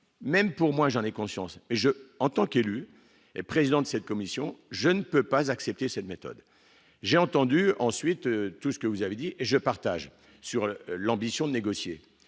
même pour moi, j'en ai conscience et je en tant qu'élu et président de cette commission, je ne peux pas accepter cette méthode, j'ai entendu ensuite tout ce que vous avez dit, et je partage sur l'ambition de négocier,